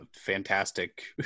fantastic